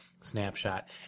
Snapshot